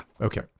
Okay